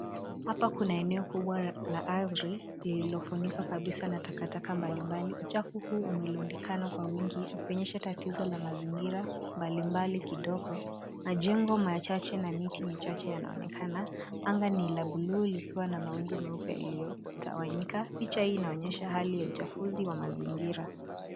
Hapa kuna eneo kubwa la ardhi lililofunikwa kabisa na takataka mbali mbali. Uchafu huu umelundikana kwa wingi, ikionyesha tatizo la mazingira mbali mbali kidogo. Majengo machache na miti michache yanaonekana. Anga ni la bluu likiwa na mawingu meupe yaliyotawanyika. Picha hii inaonyesha hali ya uchafuzi wa mazingira.